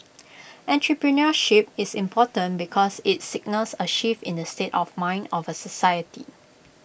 entrepreneurship is important because IT signals A shift in the state of mind of A society